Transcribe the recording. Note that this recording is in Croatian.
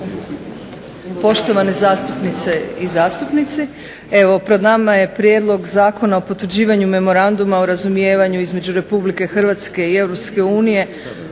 Poštovane zastupnice i zastupnici evo pred nama je prijedlog Zakona o potvrđivanju Memoranduma o razumijevanju između Republike Hrvatske i